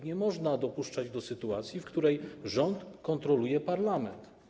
Nie można dopuszczać do sytuacji, w której rząd kontroluje parlament.